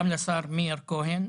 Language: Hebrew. גם לשר מאיר כהן,